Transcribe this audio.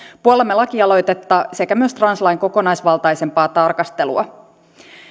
puollamme lakialoitetta sekä myös translain kokonaisvaltaisempaa tarkastelua